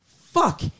fuck